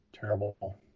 Terrible